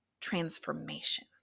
transformation